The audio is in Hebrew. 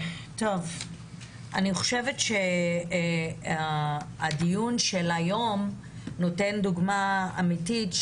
אני חושבת שהדיון של היום וגם הקודם נותן דוגמה אמיתית